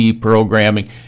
programming